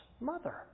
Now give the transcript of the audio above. mother